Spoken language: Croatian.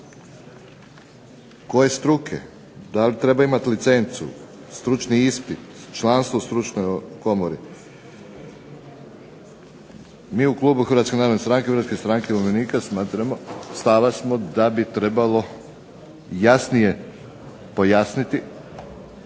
Koje struke? Da li treba imati licencu? Stručni ispit? Članstvo u stručnoj komori? Mi u klubu Hrvatske narodne stranke, Hrvatske stranke umirovljenika smatramo, stava smo da bi trebalo jasnije pojasniti